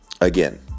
again